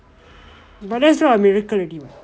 but that's not a miracle already what